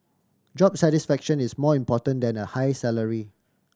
job satisfaction is more important than a high salary